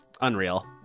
Unreal